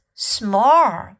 small